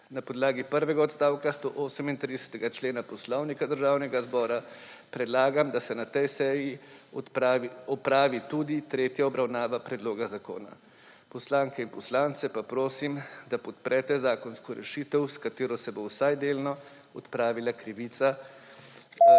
Na podlagi prvega odstavka 138. člena Poslovnika Državnega zbora predlagam, da se na tej seji opravi tudi tretja obravnava predloga zakona. Poslanke in poslance pa prosim, da podprete zakonsko rešitev, s katero se bo vsaj delno odpravila krivica